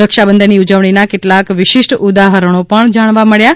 રક્ષાબંધનની ઉજવણીના કેટલાંક વિશિષ્ટ ઉદાહરણો પણ જાણવા મળ્યાં